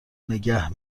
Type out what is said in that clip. نگه